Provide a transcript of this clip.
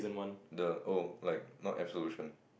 the oh like not absolution